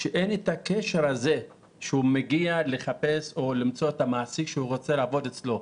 שאין את הקשר כשהוא מגיע למצוא את המעסיק שהוא רוצה לעבוד אצלו.